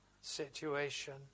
situation